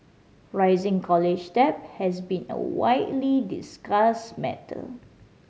rising college debt has been a widely discussed matter